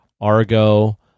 Argo